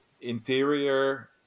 interior